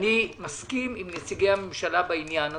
אני מסכים עם נציגי הממשלה בעניין הזה.